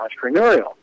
entrepreneurial